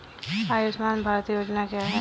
आयुष्मान भारत योजना क्या है?